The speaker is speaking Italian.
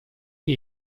che